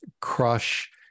crush